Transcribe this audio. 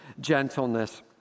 gentleness